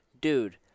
dude